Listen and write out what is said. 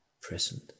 present